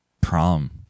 prom